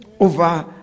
over